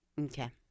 Okay